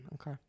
Okay